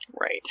Right